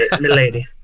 milady